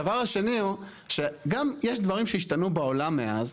הדבר השני הוא שגם יש דברים שהשתנו בעולם מאז.